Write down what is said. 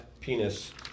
penis